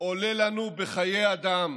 עולה לנו בחיי אדם.